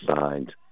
signed